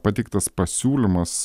pateiktas pasiūlymas